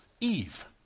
Eve